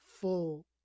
full